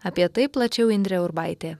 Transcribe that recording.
apie tai plačiau indrė urbaitė